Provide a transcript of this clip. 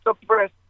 suppress